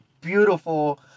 beautiful